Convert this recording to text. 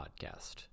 Podcast